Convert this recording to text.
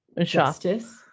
Justice